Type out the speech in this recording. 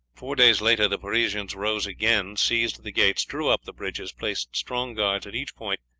four days later the parisians rose again, seized the gates, drew up the bridges, placed strong guards at each point,